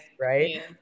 right